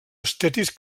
estètics